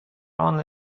only